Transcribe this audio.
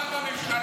בממשלה.